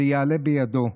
זה יעלה בידו.